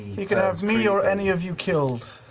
he could have me or any of you killed.